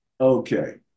Okay